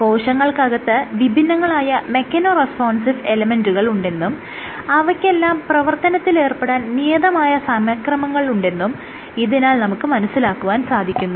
കോശങ്ങൾക്കകത്ത് വിഭിന്നങ്ങളായ mechano responsive എലെമെന്റുകൾ ഉണ്ടെന്നും അവയ്ക്കെല്ലാം പ്രവർത്തനത്തിലേർപ്പെടാൻ നിയതമായ സമയക്രമങ്ങൾ ഉണ്ടെന്നും ഇതിനാൽ നമുക്ക് മനസ്സിലാക്കുവാൻ സാധിക്കുന്നു